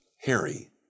Harry